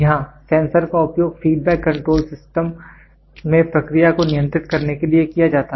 यहाँ सेंसर का उपयोग फीडबैक कंट्रोल सिस्टम में प्रक्रिया को नियंत्रित करने के लिए किया जाता है